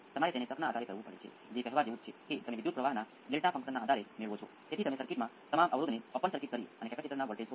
સમસ્યા એ છે કે તે સતત ઇનપુટ નથી કે તે ચોક્કસ છે તે સત્ય છે કે એક્સ્પોનેંસિયલનો રિસ્પોન્સ એક્સ્પોનેંસિયલમાં આવે આમ તમે ઈનપુટ આપો અને થોડા સમય પછી લાગુ કરો